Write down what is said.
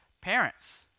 parents